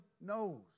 knows